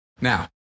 Now